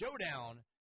showdown